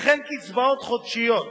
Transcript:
וכן קצבאות חודשיות